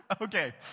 Okay